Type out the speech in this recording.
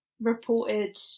reported